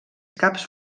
caps